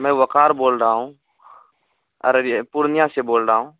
میں وقار بول رہا ہوں ارریہ پورنیہ سے بول رہا ہوں